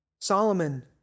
Solomon